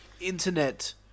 internet